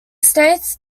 states